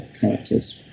characters